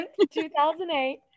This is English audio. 2008